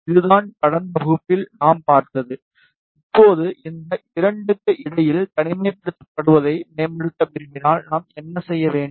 இதுதான் கடந்த வகுப்பில் நாம் பார்த்தது இப்போது இந்த 2 க்கு இடையில் தனிமைப்படுத்தப்படுவதை மேம்படுத்த விரும்பினால் நாம் என்ன செய்ய வேண்டும்